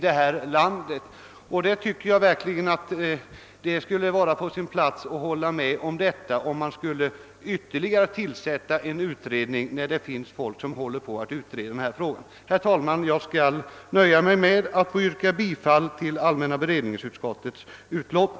Det omdömet skulle verkligen vara på sin plats, om vi nu tillsatte en utredning, när det redan finns folk som utreder denna fråga. Herr talman! Jag inskränker mig till detta och ber att få yrka bifall till allmänna beredningsutskottets hemställan.